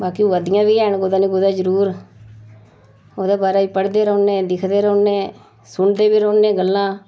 बाकी होआ दियां बी हैन कुदै ना कुदै जरूर ओह्दे बारै च पढ़दे रौह्न्ने दिखदे रौह्न्ने सुनदे बी रौह्न्ने गल्लां